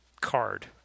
card